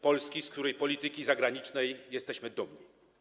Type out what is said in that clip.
Polski, z której polityki zagranicznej jesteśmy dumni.